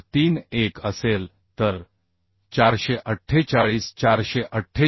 31 असेल तर 448 448